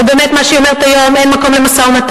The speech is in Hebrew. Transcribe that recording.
או באמת מה שהיא אומרת היום: אין מקום למשא-ומתן,